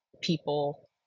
people